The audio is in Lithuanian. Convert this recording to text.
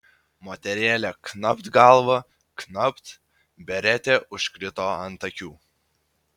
moterėlė knapt galva knapt beretė užkrito ant akių